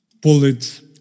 bullets